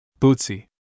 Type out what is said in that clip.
Bootsy